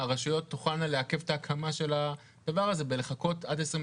הרשויות תוכלנה לעכב את ההקמה של הדבר הזה ולחכות עד 2025,